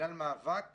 בגלל מאבק